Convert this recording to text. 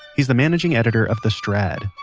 he's the managing editor of the strad.